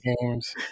games